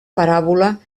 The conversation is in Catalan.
paràbola